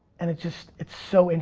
and it just, it's so, and